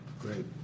Great